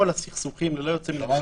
כל הסכסוכים ללא יוצא מן הכלל